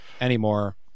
anymore